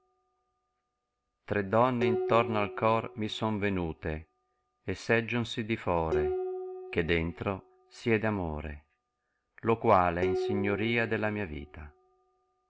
re donne intorno al cuor mi son tennt e sgìonsi di fore che dentro siede amore lo quale è in signoria della mia vita